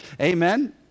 Amen